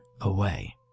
away